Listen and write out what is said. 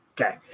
Okay